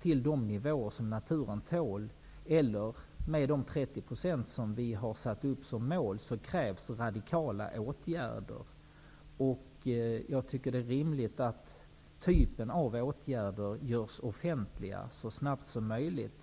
till de nivåer naturen tål, eller med de 30 % som har satts upp som ett mål, krävs radikala åtgärder. Jag tycker att det är rimligt att offentliggöra vilken typ av åtgärder som skall vidtas så snabbt som möjligt.